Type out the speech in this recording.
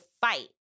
fight